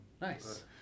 Nice